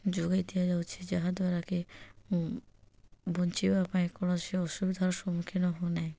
ଯୋଗାଇ ଦିଆଯାଉଛି ଯାହା ଦ୍ୱାରାକି ବଞ୍ଚିବା ପାଇଁ କୌଣସି ଅସୁବିଧାର ସମ୍ମୁଖୀନ ହେଉନାହିଁ